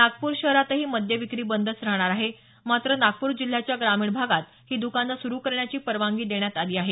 नागपूर शहरातही मद्य विक्री बंदच राहणार आहे मात्र नागपूर जिल्ह्याच्या ग्रामीण भागात ही दकानं सुरू करण्याची परवानगी देण्यात आली आहे